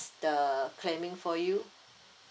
the claiming for you